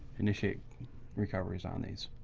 initiate recoveries on these.